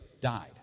died